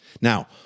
Now